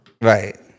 Right